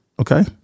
okay